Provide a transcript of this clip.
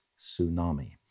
Tsunami